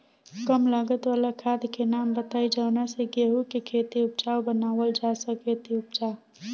कम लागत वाला खाद के नाम बताई जवना से गेहूं के खेती उपजाऊ बनावल जा सके ती उपजा?